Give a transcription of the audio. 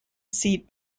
seat